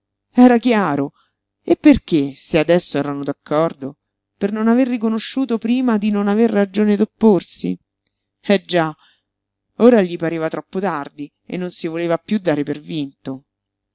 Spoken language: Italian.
era chiaro e perché se adesso erano d'accordo per non aver riconosciuto prima di non aver ragione d'opporsi eh già ora gli pareva troppo tardi e non si voleva piú dare per vinto